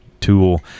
tool